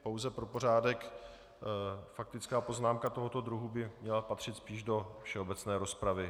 Pouze pro pořádek, faktická poznámka tohoto druhu by měla patřit spíš do všeobecné rozpravy.